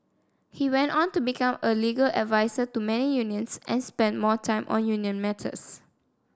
he went on to become a legal advisor to many unions and spent more time on union matters